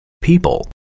People